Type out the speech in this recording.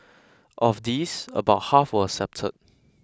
of these about half were accepted